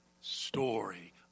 story